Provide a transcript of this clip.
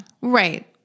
Right